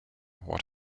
what